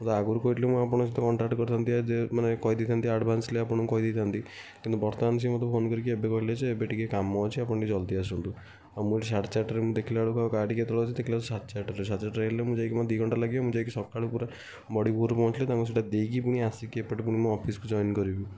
ମୋତେ ଆଗରୁ କହିଥିଲେ ମୁଁ ଆପଣଙ୍କ ସହିତ କଣ୍ଟାକ୍ଟ୍ କରିଥାନ୍ତି ମାନେ କହି ଦେଇଥାନ୍ତି ଆଡ଼ଭାନ୍ସ୍ଲି ଆପଣଙ୍କୁ କହି ଦେଇଥାନ୍ତି କିନ୍ତୁ ବର୍ତ୍ତମାନ ସେ ମୋତେ ଫୋନ୍ କରିକି ଏବେ କହିଲେ ଯେ ଏବେ ଟିକେ କାମ ଅଛି ଆପଣ ଟିକେ ଜଲ୍ଦି ଆସନ୍ତୁ ଆଉ ମୁଁ ଏଠି ସାଢ଼େ ଚାରିଟାରେ ମୁଁ ଦେଖିଲା ବେଳକୁ ଆଉ ଗାଡ଼ି କେତେବେଳେ ଅଛି ଦେଖିଲା ବେଳକୁ ସାଢ଼େ ଚାରିଟାରେ ସାଢ଼େ ଚାରିଟାରେ ହେଲେ ମୁଁ ଯାଇକି ମୁଁ ଦୁଇ ଘଣ୍ଟା ଲାଗିବ ମୁଁ ଯାଇକି ସକାଳୁ ପୁରା ବଡ଼ି ଭୋର୍ରୁ ପହଁଚିଲେ ତାଙ୍କୁ ସେଇଟା ଦେଇକି ଫୁଣି ଆସିକି ଏପଟେ ଫୁଣି ମୋ ଅଫିସ୍କୁ ଜଏନ୍ କରିବି